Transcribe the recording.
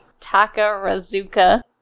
Takarazuka